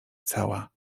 cała